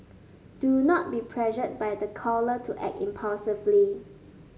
do not be pressured by the caller to act impulsively